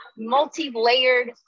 multi-layered